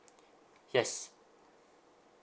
yes